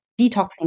detoxing